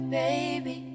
baby